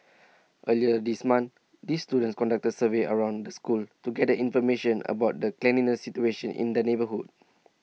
earlier this month these students conducted surveys around the school to gather information about the cleanliness situation in the neighbourhood